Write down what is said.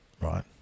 right